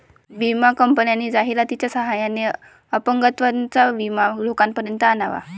विमा कंपन्यांनी जाहिरातीच्या सहाय्याने अपंगत्वाचा विमा लोकांपर्यंत आणला